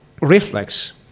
reflex